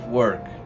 work